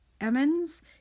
Emmons